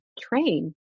train